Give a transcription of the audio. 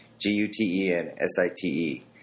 G-U-T-E-N-S-I-T-E